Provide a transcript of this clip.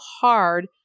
hard